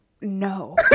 no